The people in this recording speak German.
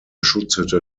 schutzhütte